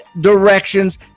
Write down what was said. directions